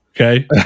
okay